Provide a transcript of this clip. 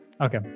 Okay